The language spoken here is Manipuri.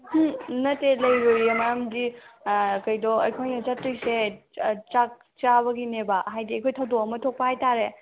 ꯎꯝ ꯅꯠꯇꯦ ꯂꯩꯔꯣꯏꯌꯦ ꯃꯔꯝꯗꯤ ꯀꯩꯗꯣ ꯑꯩꯈꯣꯏꯅ ꯆꯠꯇꯣꯏꯁꯦ ꯆꯥꯛ ꯆꯥꯕꯒꯤꯅꯦꯕ ꯍꯥꯏꯗꯤ ꯑꯩꯈꯣꯏ ꯊꯧꯗꯣꯛ ꯑꯃ ꯊꯣꯛꯄ ꯍꯥꯏꯇꯔꯦ